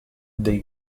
dei